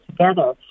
together